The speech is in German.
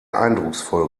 eindrucksvoll